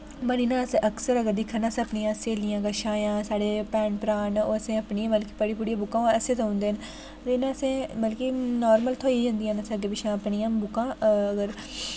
पर इ'यां अस अक्सर अगर दिक्खन अपनी सेह्लियां कशा जां भैन भ्रा न ओह् असेंगी अपनी पढ़ी पुढ़ी बुकां असें देई ओड़दे न ते इ'यां असें मतलब कि नार्मल थ्होई जंदियां न अग्गें पिच्छें अपनियां बुकां अगर